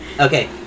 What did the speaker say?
Okay